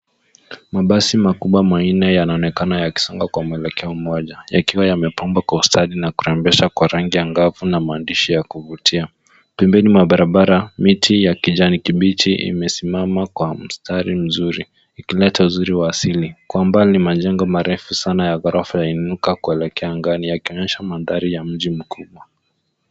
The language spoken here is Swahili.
Mabasi makubwa manne yanaonekana yakisonga kwa mwelekeo mmoja yakiwa, yamepambwa kwa ustadi na kurambesha kwa rangi angafu na mandishi ya kuvutia. Pembeni mwa barabara, miti ya kijani kibichi imesimama kwa mstari mzuri, ikileta uzuri wa asili, kwa mbali majengo marefu sana ya ghorofa yainuka kuelekea angani yakionyesha mandhari ya mji mkubwa.